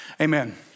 amen